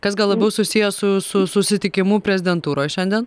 kas gal labiau susiję su su susitikimu prezidentūroj šiandien